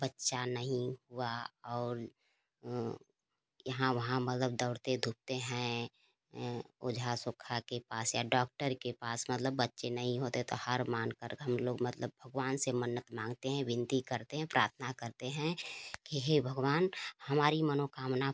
बच्चा नहीं हुआ और यहाँ वहाँ मतलब दौड़ते धूपते हैं ओझा सोखा के पास या डॉक्टर के पास मतलब बच्चे नहीं होते तो हार मान कर हम लोग मतलब भगवान से मन्नत माँगते हैं विनती करते हैं प्राथना करते हैं कि हे भगवान हमारी मनोकामना